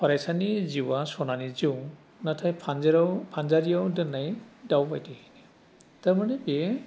फरायसानि जिउवा सनानि जिउ नाथाय फानजाराव फानजारियाव दोन्नाय दाउ बायदि थारमानि बेयो